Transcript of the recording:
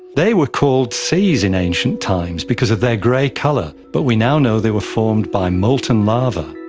they were called seas in ancient times because of their grey colour, but we now know they were formed by molten lava.